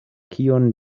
kion